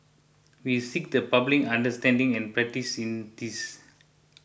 we seek the public understanding and patience in this